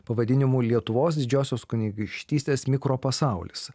pavadinimu lietuvos didžiosios kunigaikštystės mikropasaulis